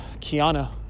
Kiana